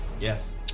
Yes